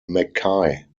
mckay